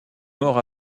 mort